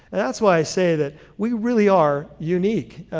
and that's why i say that we really are unique,